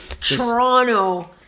Toronto